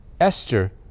Esther